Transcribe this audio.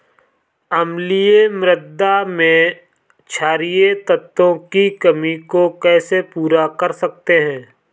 अम्लीय मृदा में क्षारीए तत्वों की कमी को कैसे पूरा कर सकते हैं?